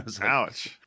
Ouch